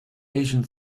asian